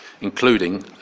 including